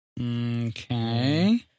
Okay